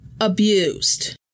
abused